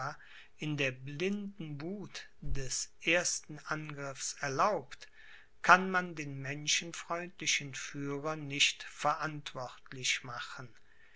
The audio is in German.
in der blinden wuth des ersten angriffs erlaubt kann man den menschenfreundlichen führer nicht verantwortlich machen